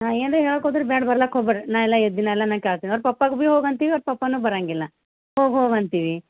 ಹಾಂ ಏನು ರೀ ಹೇಳಾಕ ಹೋದರೂ ಬ್ಯಾಡ ಬರ್ಲಾಕೆ ಹೋಗ್ಬ್ಯಾಡ್ರಿ ನಾ ಎಲ್ಲ ಇದ್ದೀನಲ್ಲ ನಾ ಕೇಳ್ತೀನಿ ಅವ್ರ ಪಪ್ಪಾಗು ಬಿ ಹೋಗಿ ಅಂತೀವಿ ಅವ್ರ ಪಪ್ಪನು ಬರಂಗಿಲ್ಲ ಹೋಗಿ ಹೋಗಿ ಅಂತೀವಿ